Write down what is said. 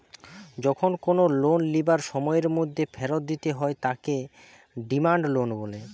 যখন কোনো লোন লিবার সময়ের মধ্যে ফেরত দিতে হয় তাকে ডিমান্ড লোন বলে